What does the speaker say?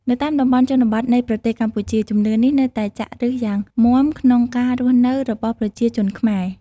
នៅតាមតំបន់ជនបទនៃប្រទេសកម្ពុជា ជំនឿនេះនៅតែចាក់ឬសយ៉ាងមាំក្នុងការរស់នៅរបស់ប្រជាជនខ្មែរ។